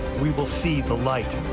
we will see the light.